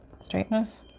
Straightness